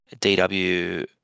DW